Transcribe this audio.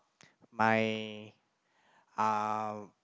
my uh